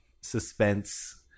suspense